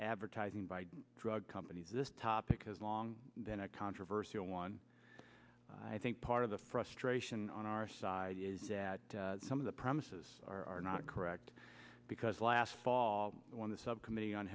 advertising by drug companies this topic has long been a controversy and one i think part of the frustration on our side is that some of the premises are not correct because last fall when the subcommittee on